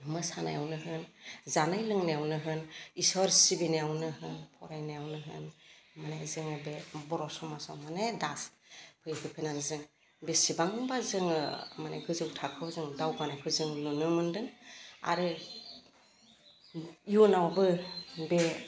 मोसानायावनो होन जानाय लोंनायावनो होन ईश्वर सिबिनायावनो होन फरायनायावनो होन माने जोङो बे बर' समाजाव माने दास बेफोरखौनो जों बेसेबांबा जोङो माने गोजौ थाखोआव जों दावगानायखौ जों नुनो मोनदों आरो इयुनावबो बे